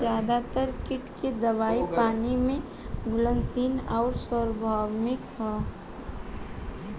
ज्यादातर कीट के दवाई पानी में घुलनशील आउर सार्वभौमिक ह?